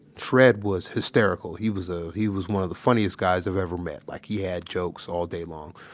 shred was hysterical. he was ah he was one of the funniest guys i've ever met. like he had jokes all day long.